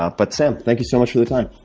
ah but sam, thank you so much for the time.